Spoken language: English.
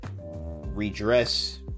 redress